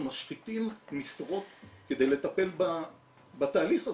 אנחנו משחיתים משרות כדי לטפל בתהליך הזה.